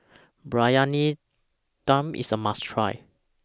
Briyani Dum IS A must Try